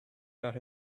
that